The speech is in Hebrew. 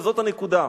וזאת הנקודה.